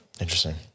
Interesting